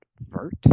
vert